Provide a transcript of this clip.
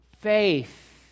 faith